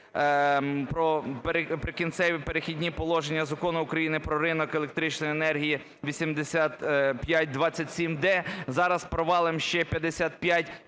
про "Прикінцеві, перехідні положення" Закону України "Про ринок електричної енергії" (8527-д), зараз провалимо ще